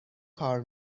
کار